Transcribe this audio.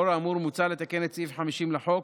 לאור האמור מוצע לתקן את סעיף 50 לחוק